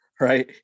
Right